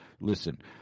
Listen